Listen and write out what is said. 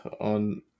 on